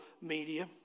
media